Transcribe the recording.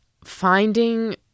Finding